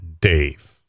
Dave